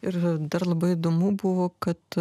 ir dar labai įdomu buvo kad